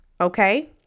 okay